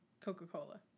Coca-Cola